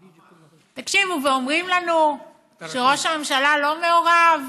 תקשיבו, ואומרים לנו שראש הממשלה לא מעורב,